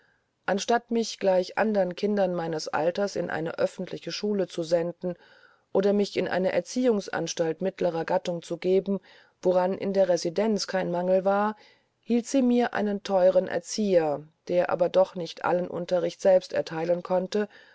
anstatt mich gleich andern kindern meines alters in eine öffentliche schule zu senden oder mich in eine erziehungsanstalt mittlerer gattung zu geben woran in der residenz kein mangel war hielt sie mir einen theuren erzieher der aber doch nicht allen unterricht selbst ertheilen konnte